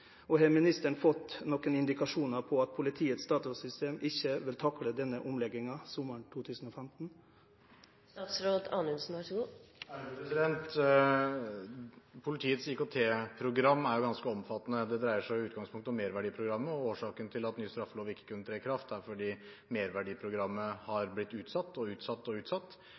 Har ministeren fått noen indikasjoner på at politiets datasystem ikke vil takle denne omleggingen sommeren 2015? Politiets IKT-program er ganske omfattende. Det dreier seg i utgangspunktet om Merverdiprogrammet, og årsaken til at den nye straffeloven ikke kunne tre i kraft, er at Merverdiprogrammet har blitt utsatt og utsatt og utsatt.